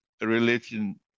religion